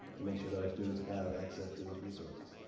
to make sure that our students have access to those resources.